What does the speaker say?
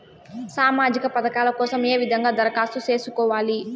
సామాజిక పథకాల కోసం ఏ విధంగా దరఖాస్తు సేసుకోవాలి